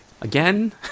again